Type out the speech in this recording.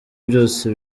byose